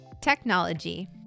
technology